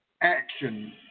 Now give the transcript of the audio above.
action